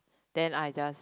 then I just